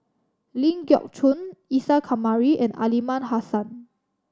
Ling Geok Choon Isa Kamari and Aliman Hassan